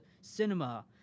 Cinema